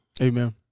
Amen